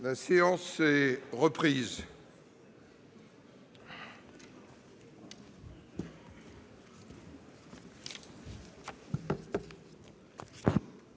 La séance est reprise.